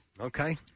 Okay